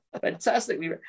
Fantastically